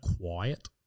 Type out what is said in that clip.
quiet